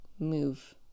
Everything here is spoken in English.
Move